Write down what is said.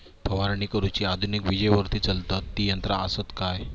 फवारणी करुची आधुनिक विजेवरती चलतत ती यंत्रा आसत काय?